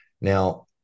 Now